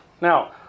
Now